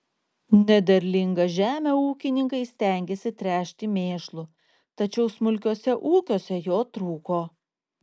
nederlingą žemę ūkininkai stengėsi tręšti mėšlu tačiau smulkiuose ūkiuose jo trūko